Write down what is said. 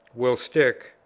will stick,